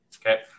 okay